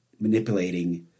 manipulating